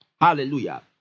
Hallelujah